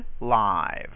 live